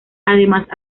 además